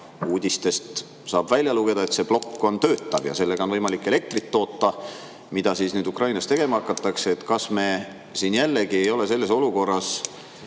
Uudistest saab välja lugeda, et see plokk on töötav, sellega on võimalik elektrit toota, ja seda nüüd Ukrainas hakataksegi tegema. Kas me siin jällegi ei ole olukorras,